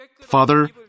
Father